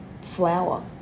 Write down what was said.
flower